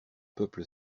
peuple